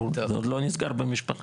זה עוד לא נסגר במשפחה.